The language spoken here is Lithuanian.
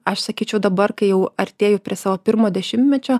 aš sakyčiau dabar kai jau artėju prie savo pirmo dešimtmečio